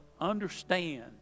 understand